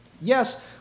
Yes